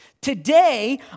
Today